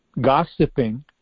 gossiping